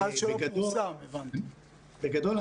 בגדול,